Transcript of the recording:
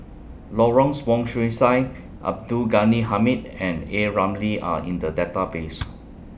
Lawrence Wong Shyun Tsai Abdul Ghani Hamid and A Ramli Are in The Database